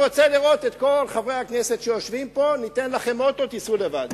אני רוצה לראות את כל חברי הכנסת שיושבים פה: ניתן לכם אוטו ותיסעו לבד.